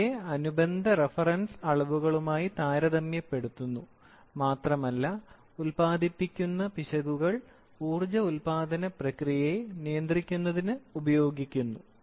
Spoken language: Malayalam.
ഇവയെ അനുബന്ധ റഫറൻസ് അളവുകളുമായി താരതമ്യപ്പെടുത്തുന്നു മാത്രമല്ല ഉൽപാദിപ്പിക്കുന്ന പിശകുകൾ ഊർജ്ജ ഉൽപാദന പ്രക്രിയയെ നിയന്ത്രിക്കുന്നതിന് ഉപയോഗിക്കുന്നു